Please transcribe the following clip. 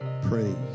praise